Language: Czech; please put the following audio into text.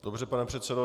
Dobře, pane předsedo.